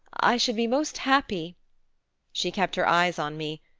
i should be most happy she kept her eyes on me,